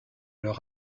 leur